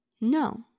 No